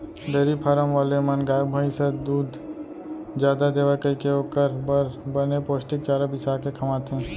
dairy farm वाले मन गाय, भईंस ह दूद जादा देवय कइके ओकर बर बने पोस्टिक चारा बिसा के खवाथें